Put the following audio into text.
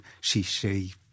she-she